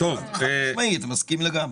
חד משמעית, מסכים לגמרי.